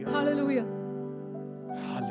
Hallelujah